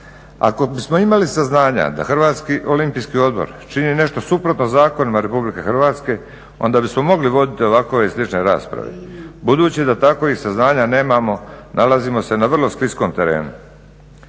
Ako smo imali saznanja da Hrvatski olimpijski odbor čini nešto suprotno zakonima RH onda bismo mogli ovakve ili slične rasprave budući da tako iz saznanja nemamo, nalazimo se na vrlo skliskom terenu.